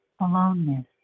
aloneness